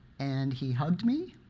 and he hugged me,